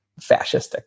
fascistic